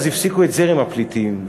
הפסיקו את זרם הפליטים,